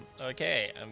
Okay